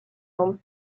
home